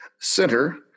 center